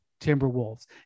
timberwolves